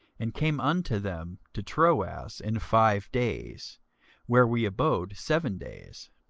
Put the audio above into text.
and came unto them to troas in five days where we abode seven days.